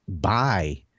buy